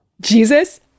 Jesus